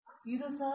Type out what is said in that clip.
professor B